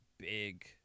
Big